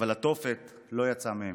אבל התופת לא יצאה מהם,